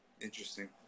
Interesting